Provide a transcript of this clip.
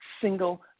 single